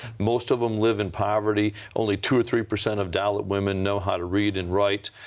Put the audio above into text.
most of them live in poverty. only two or three percent of dalit women know how to read and write.